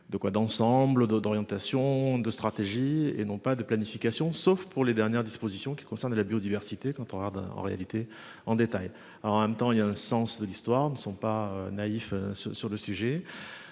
d'ensemble de d'orientation de stratégie et non pas de planification, sauf pour les dernières dispositions qui concernent la biodiversité. Quand on regarde en réalité en détail. Alors en même temps il y a un sens de l'histoire ne sont pas naïfs sur le sujet.